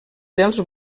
dels